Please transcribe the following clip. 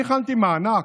אני הכנתי מענק,